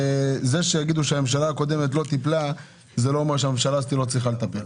זה שיגידו שהממשלה הקודמת לא טיפלה לא אומר שהממשלה הזאת לא צריכה לטפל.